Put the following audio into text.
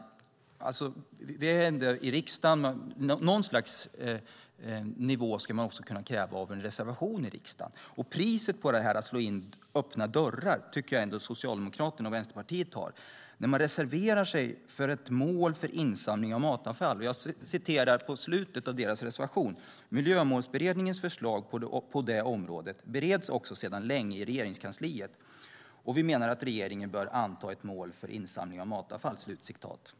Något slags nivå ska man kunna kräva av en reservation i riksdagen. Och priset när det gäller att slå in öppna dörrar tycker jag att Socialdemokraterna och Vänsterpartiet tar när de reserverar sig mot ett mål för insamling av matavfall. Jag citerar slutet av deras reservation: "Miljömålsberedningens förslag på det området bereds också sedan länge i Regeringskansliet, och vi menar att regeringen bör anta ett mål för insamling av matavfall."